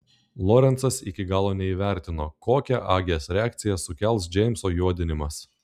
lorencas iki galo neįvertino kokią agės reakciją sukels džeimso juodinimas